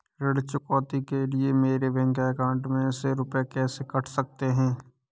ऋण चुकौती के लिए मेरे बैंक अकाउंट में से रुपए कैसे कट सकते हैं?